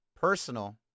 personal